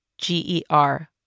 G-E-R